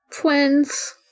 Twins